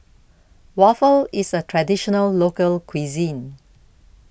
Waffle IS A Traditional Local Cuisine